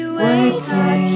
waiting